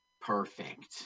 perfect